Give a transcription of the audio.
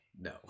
No